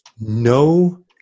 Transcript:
no